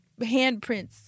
handprints